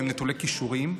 אם הם נטולי כישורים,